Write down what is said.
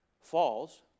falls